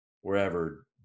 wherever